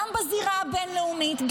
גם בזירה הבין-לאומית,